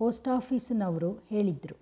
ಪೋಸ್ಟಾಫೀಸುನವ್ರು ಹೇಳಿದ್ರು